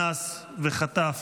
אנס וחטף